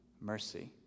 mercy